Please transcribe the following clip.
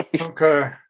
okay